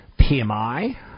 PMI